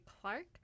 Clark